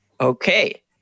Okay